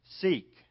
Seek